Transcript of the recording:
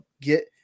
get